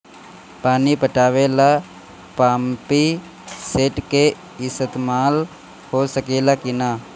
पानी पटावे ल पामपी सेट के ईसतमाल हो सकेला कि ना?